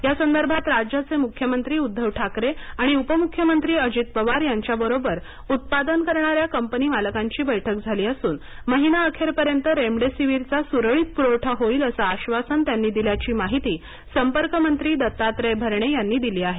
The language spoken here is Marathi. या संदर्भात राज्याचे मुख्यमंत्री उध्दव ठाकरे आणि उपमुख्यमंत्री अजित पवार यांच्याबरोबर उत्पादन करणाऱ्या कंपनी मालकांची बैठक झाली असून महिनाअखेरपर्यंत रेमडेसिवीरचा सुरळीत पूरवठा होईल असे अश्वासन त्यांनी दिल्याची माहिती संपर्कमंत्री दत्तात्रय भरणे यांनी दिली आहे